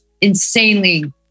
insanely